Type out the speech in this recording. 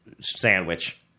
sandwich